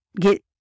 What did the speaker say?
Get